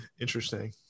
interesting